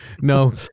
no